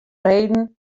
reden